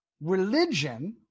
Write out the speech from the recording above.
religion